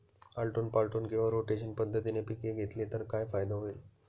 आलटून पालटून किंवा रोटेशन पद्धतीने पिके घेतली तर काय फायदा होईल?